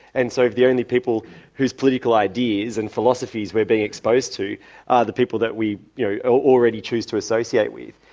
and so the only people whose political ideas and philosophies we're being exposed to are the people that we you know already choose to associate with.